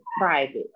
private